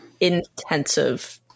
Intensive